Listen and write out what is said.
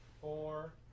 Four